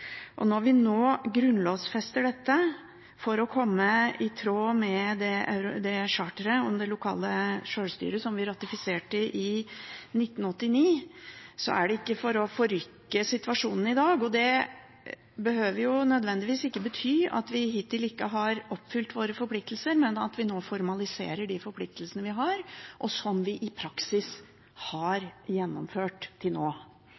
Når vi nå grunnlovfester dette for å komme i tråd med det charteret om det lokale sjølstyret som vi ratifiserte i 1989, er det ikke for å forrykke situasjonen i dag. Og det behøver ikke nødvendigvis å bety at vi hittil ikke har oppfylt våre forpliktelser, men at vi nå formaliserer de forpliktelsene vi har, og som vi i praksis har gjennomført til nå,